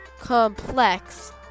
complex